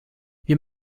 wir